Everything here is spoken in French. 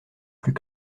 plus